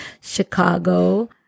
Chicago